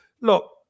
look